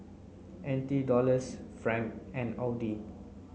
N T Dollars Franc and AUD